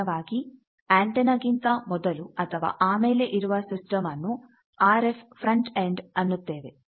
ಸಾಮಾನ್ಯವಾಗಿ ಆಂಟೆನಾ ಗಿಂತ ಮೊದಲು ಅಥವಾ ಆಮೇಲೆ ಇರುವ ಸಿಸ್ಟಮ್ ಅನ್ನು ಆರ್ ಎಫ್ ಫ್ರಂಟ್ ಎಂಡ್ ಅನ್ನುತ್ತೇವೆ